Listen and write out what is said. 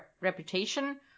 reputation